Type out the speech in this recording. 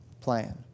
plan